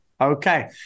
Okay